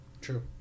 True